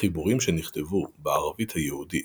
החיבורים שנכתבו בערבית היהודית